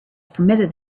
permitted